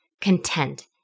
content